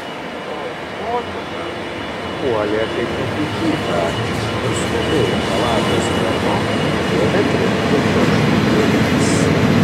o motina puolė kaip nuplikyta ir skubiai chalato skvernu ėmė trinti pirštų dėmes